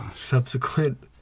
subsequent